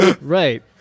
right